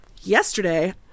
yesterday